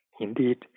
Indeed